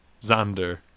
Xander